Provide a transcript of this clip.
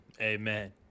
Amen